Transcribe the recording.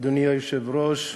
אדוני היושב-ראש,